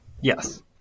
Yes